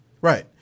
Right